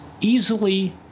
easily